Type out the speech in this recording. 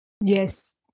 Yes